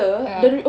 ya